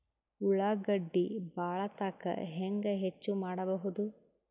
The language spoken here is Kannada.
ಉಳ್ಳಾಗಡ್ಡಿ ಬಾಳಥಕಾ ಹೆಂಗ ಹೆಚ್ಚು ಮಾಡಬಹುದು?